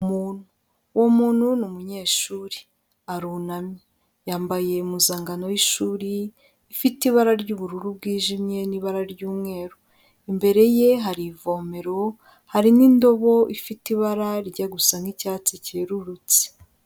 Umuntu, uwo muntu ni umuyeshuri, arunamye yambaye impuzankano y'ishuri ifite ibara ry'ubururu bwijimye n'ibara ry'umweru, imbere ye hari ivomero hari n'indobo ifite ibara rijya gusa nk'icyatsi cyerurutse.